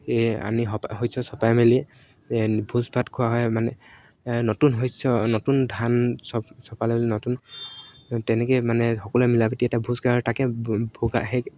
এই আনি হপা শস্য চপাই মেলি এই ভোজ ভাত খোৱা হয় মানে নতুন শস্য নতুন ধান চপ্ চপালে মানে নতুন তেনেকৈ মানে সকলোৱে মিলা প্ৰীতিৰে এটা ভোজ খায় আৰু তাকে ভো ভোগা সেই